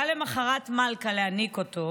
למוחרת מלכה מגיעה להיניק אותו,